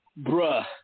Bruh